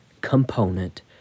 component